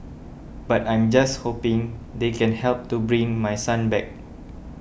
but I'm just hoping they can help to bring my son back